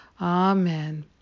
Amen